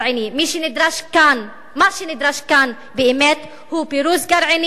מה שנדרש כאן באמת הוא פירוז מגרעין של